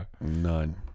None